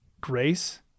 grace